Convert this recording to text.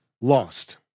lost